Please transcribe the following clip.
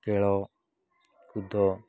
ଖେଳକୁଦ